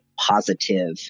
positive